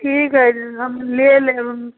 ठीक हइ हम लऽ लेब